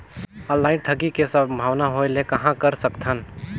Online ठगी के संभावना होय ले कहां कर सकथन?